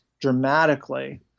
dramatically